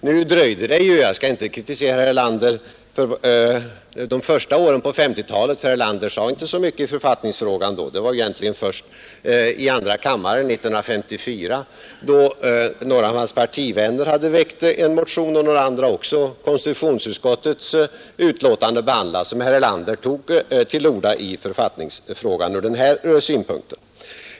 Jag skall inte kritisera herr Erlander när det gäller de första åren på 1950-talet, för herr Erlander sade inte så mycket i författningsfrågan då. Det var egentligen först i andra kammaren 1954, när några av hans partivänner och några andra också hade väckt en motion och konstitutionsutskottets utlåtande i anledning därav behandlades, som herr Erlander tog till orda i författningsfrågan ur den här synpunkten.